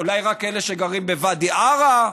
ואולי רק לאלה שגרים בוואדי עארה.